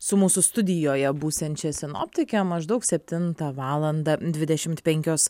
su mūsų studijoje būsiančia sinoptike maždaug septintą valandą dvidešimt penkios